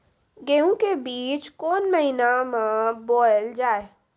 गेहूँ के बीच कोन महीन मे बोएल जाए?